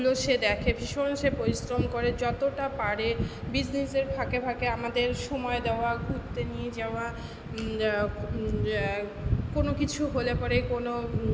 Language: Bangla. সে দেখে ভীষণ সে পরিশ্রম করে যতটা পারে বিজনেসের ফাঁকে ফাঁকে আমাদের সময় দেওয়া ঘুরতে নিয়ে যাওয়া কোনো কিছু হলে পরে কোনো